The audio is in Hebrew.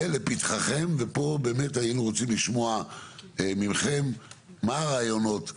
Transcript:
זה לפתחכם ופה באמת היינו רוצים לשמוע מכם מה הרעיונות,